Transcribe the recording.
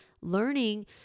learning